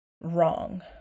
wrong